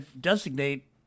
designate